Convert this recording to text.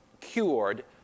cured